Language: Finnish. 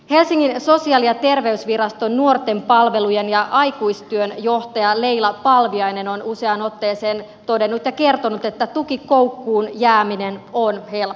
helsingin sosiaali ja terveysviraston nuorten palvelujen ja aikuistyön johtaja leila palviainen on useaan otteeseen todennut ja kertonut että tukikoukkuun jääminen on helppoa